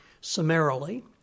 summarily